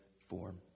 form